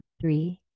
Three